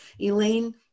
Elaine